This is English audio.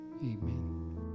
amen